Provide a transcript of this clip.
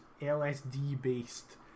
LSD-based